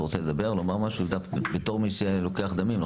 אתה רוצה לומר משהו, בתור מי שלוקח דמים?